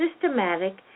systematic